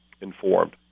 informed